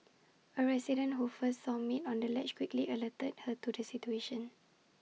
A resident who first saw maid on the ledge quickly alerted her to the situation